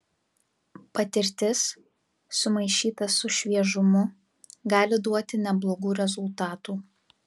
patirtis sumaišyta su šviežumu gali duoti neblogų rezultatų